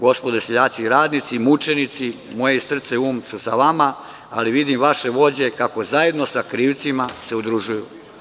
Gospodo seljaci i radnici, mučenici, moje srce i um su sa vama, ali vidim vaše vođe kako zajedno sa krivcima se udružuju.